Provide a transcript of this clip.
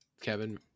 Kevin